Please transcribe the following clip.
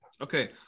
Okay